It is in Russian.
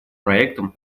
проектом